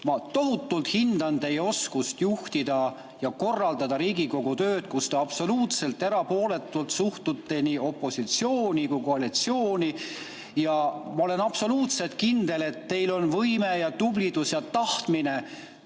Ma tohutult hindan teie oskust juhtida ja korraldada Riigikogu tööd, jäädes absoluutselt erapooletuks nii opositsiooni kui koalitsiooni suhtes. Ma olen absoluutselt kindel, et teil on võime, tublidus ja tahtmine